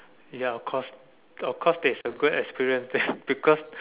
ya of course of course that's a good experience because